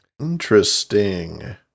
Interesting